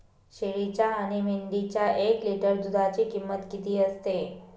शेळीच्या आणि मेंढीच्या एक लिटर दूधाची किंमत किती असते?